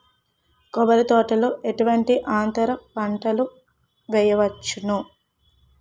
కొబ్బరి తోటలో ఎటువంటి అంతర పంటలు వేయవచ్చును?